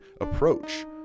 approach